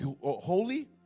holy